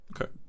okay